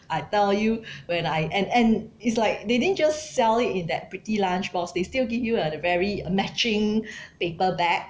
I tell you when I and and it's like they didn't just sell it in that pretty lunch box they still give you a the very matching paper bag